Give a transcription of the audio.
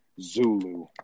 Zulu